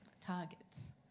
targets